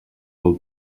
del